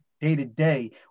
day-to-day